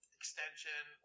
extension